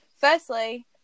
firstly